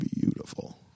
beautiful